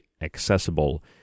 accessible